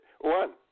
one